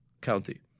County